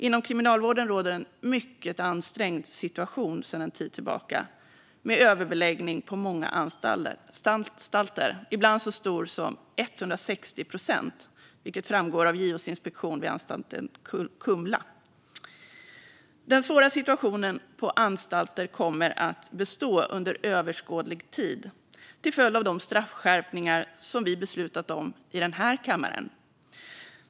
Inom kriminalvården råder sedan en tid tillbaka en mycket ansträngd situation med överbeläggning på många anstalter - ibland så stor som 160 procent, vilket framgår av JO:s inspektion vid anstalten Kumla. Den svåra situationen på anstalter kommer att bestå under överskådlig tid till följd av de straffskärpningar som vi beslutat om i den här kammaren.